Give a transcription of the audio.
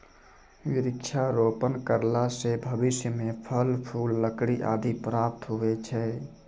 वृक्षारोपण करला से भविष्य मे फल, फूल, लकड़ी आदि प्राप्त हुवै छै